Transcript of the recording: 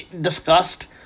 discussed